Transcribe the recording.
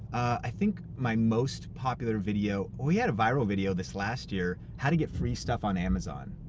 i think my most popular video, well, we had a viral video this last year, how to get free stuff on amazon.